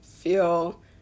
feel